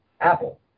Apple